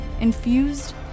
infused